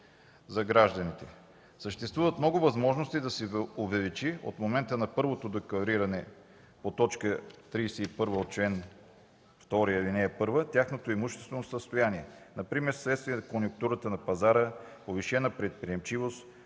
гражданите: Съществуват много възможности да се увеличи – от момента на първото деклариране на лицата по т. 31 от чл. 2, ал. 1 – тяхното имуществено състояние, например вследствие конюнктура на пазара, повишена предприемчивост,